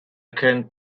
can